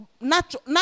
natural